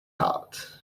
heart